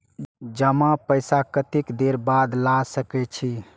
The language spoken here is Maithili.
जमा पैसा कतेक देर बाद ला सके छी?